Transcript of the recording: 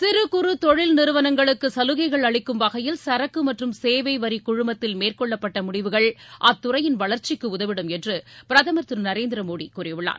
சிறு குறு தொழில் நிறுவனங்களுக்கு சலுகைகள் அளிக்கும் வகையில் சரக்கு மற்றும் சேவை வரிக்குழுமத்தில் மேற்கொள்ளப்பட்ட முடிவுகள் அத்துறையின் வளர்ச்சி உதவிடும் என்று பிரதமர் திரு நரேந்திர் மோடி கூறியுள்ளார்